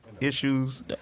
issues